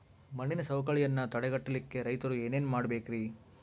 ಮಣ್ಣಿನ ಸವಕಳಿಯನ್ನ ತಡೆಗಟ್ಟಲಿಕ್ಕೆ ರೈತರು ಏನೇನು ಮಾಡಬೇಕರಿ?